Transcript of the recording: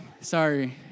sorry